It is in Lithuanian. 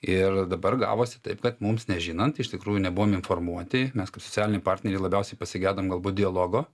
ir dabar gavosi taip kad mums nežinant iš tikrųjų nebuvom informuoti mes kaip socialiniai partneriai labiausiai pasigedom galbūt dialogo